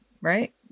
right